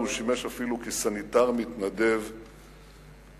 הוא שימש אפילו כסניטר מתנדב בבית-חולים.